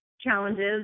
challenges